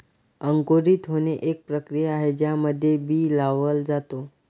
अंकुरित होणे, एक प्रक्रिया आहे ज्यामध्ये बी लावल जाता